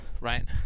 right